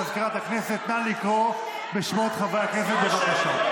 מזכירת הכנסת, נא לקרוא בשמות חברי הכנסת, בבקשה.